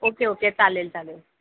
okay okay चालेल चालेल